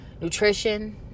nutrition